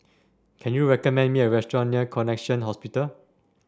can you recommend me a restaurant near Connexion Hospital